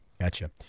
Gotcha